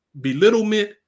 belittlement